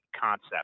concept